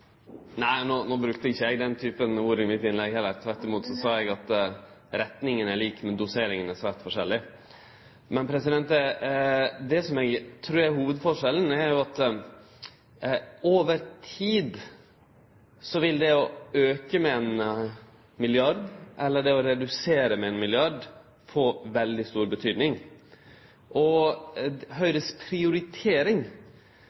eg den typen ord i mitt innlegg heller. Tvert imot sa eg at retninga er lik, men doseringa er svært forskjellig. Det som eg trur er hovudforskjellen, er at over tid vil det å auke med ein milliard eller det å redusere med ein milliard få veldig stor betydning.